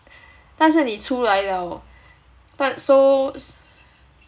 但是你出来了 but so